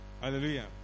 Hallelujah